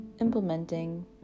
implementing